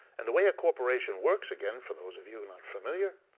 and the way a corporation works again, for those of you not familiar,